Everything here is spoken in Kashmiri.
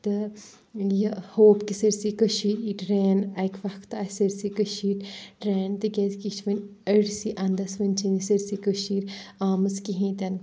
تہٕ یہِ ہوپ کہِ سٲرسٕے کٔشیٖر یہِ ٹرین اَکہِ وَقتہٕ آسہِ سٲرسٕے کٔشیٖر ٹرین تِکیٛازِ کہِ یہِ چھِ وٕنہ أڑسٕے اَندَس وٕنہِ چھِنہٕ یہِ سٲرسٕے کٔشیٖر آمٕژ کِہیٖنۍ تہِ نہٕ